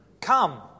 Come